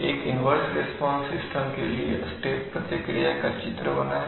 एक inverse response system के लिए स्टेप प्रतिक्रिया का चित्र बनाएं